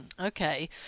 Okay